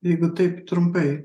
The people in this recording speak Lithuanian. jeigu taip trumpai